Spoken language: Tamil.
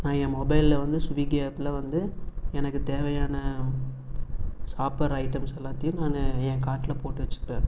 நான் என் மொபைலில் வந்து ஸ்விகி ஆப்பில் வந்து எனக்கு தேவையான சாப்புடுற ஐட்டம்ஸ் எல்லாத்தையும் நான் என் கார்ட்டில் போட்டு வச்சுப்பேன்